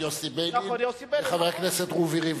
יוסי ביילין וחבר הכנסת רובי ריבלין.